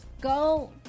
Go